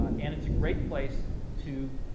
ah and it's a great place to